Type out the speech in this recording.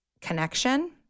connection